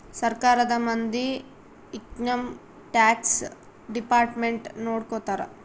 ಸರ್ಕಾರದ ಮಂದಿ income tax department ನೊಡ್ಕೋತರ